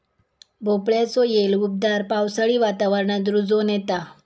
भोपळ्याचो येल उबदार पावसाळी वातावरणात रुजोन येता